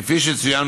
כפי שצוין,